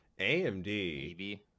AMD